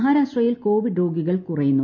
മഹാരാഷ്ട്രയിൽ കോവിഡ് രോഗികൾ കുറയുന്നു